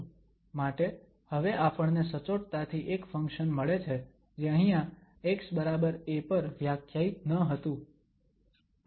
માટે હવે આપણને સચોટતાથી એક ફંક્શન મળે છે જે અહીંયા xa પર વ્યાખ્યાયિત ન હતું